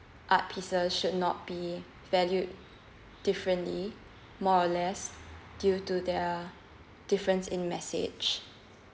art pieces should not be valued differently more or less due to their difference in message